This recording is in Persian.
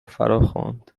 فراخواند